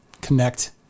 connect